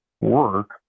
work